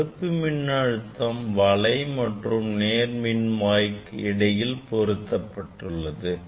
தடுப்பு மின்னழுத்தம் வலை மற்றும் நேர்மின்வாய்க்கு இடையில் ஏற்படுத்தப்பட்டுள்ளது